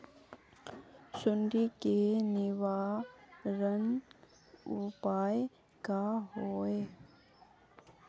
सुंडी के निवारण उपाय का होए?